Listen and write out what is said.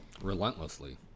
Relentlessly